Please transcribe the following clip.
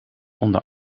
onder